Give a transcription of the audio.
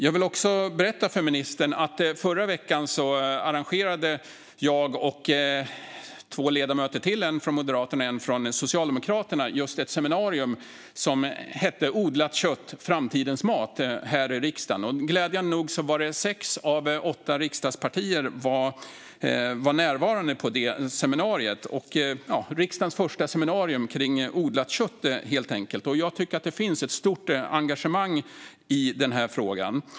Jag vill också berätta för ministern att jag och två ledamöter till, en från Moderaterna och en från Socialdemokraterna, förra veckan här i riksdagen arrangerade ett seminarium som hette Odlat kött - framtidens mat. Glädjande nog var sex av åtta riksdagspartier närvarande på det seminariet. Det var riksdagens första seminarium om odlat kött. Jag tycker att det finns ett stort engagemang i den här frågan.